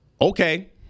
Okay